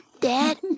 Dad